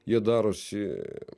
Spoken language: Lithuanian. jie darosi